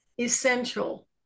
essential